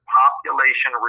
population